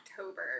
October